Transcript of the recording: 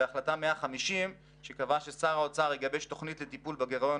והחלטה 150 שקבעה ששר האוצר יגבש תוכנית לטיפול בגירעון